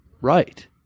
right